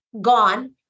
gone